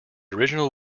original